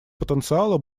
потенциала